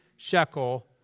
Shekel